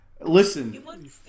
Listen